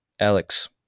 Alex